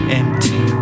empty